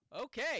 okay